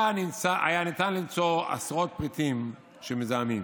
היה ניתן למצוא עשרות פריטים שמזהמים